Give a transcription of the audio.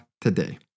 today